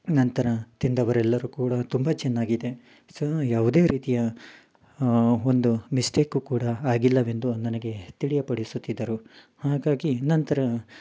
ನಂತರ ತಿಂದವರೆಲ್ಲರೂ ಕೂಡ ತುಂಬ ಚೆನ್ನಾಗಿದೆ ಸೊ ಯಾವುದೇ ರೀತಿಯ ಒಂದು ಮಿಸ್ಟೇಕು ಕೂಡ ಆಗಿಲ್ಲವೆಂದು ನನಗೆ ತಿಳಿಯಪಡಿಸುತ್ತಿದ್ದರು ಹಾಗಾಗಿ ನಂತರ